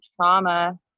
trauma